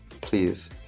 Please